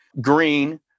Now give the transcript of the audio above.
green